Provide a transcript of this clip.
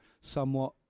somewhat